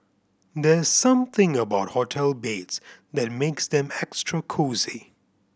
there's something about hotel beds that makes them extra cosy